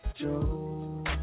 Joe